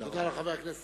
תודה רבה.